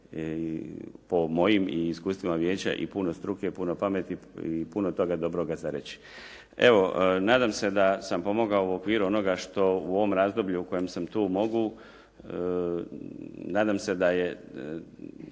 po mojim i iskustvima vijeća i puno struke, puno pameti i puno toga dobra za reći. Nadam se da sam pomogao u okviru onoga što u ovom razdoblju u kojem sam tu mogu. Nadam se da je